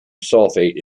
sulfate